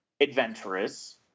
adventurous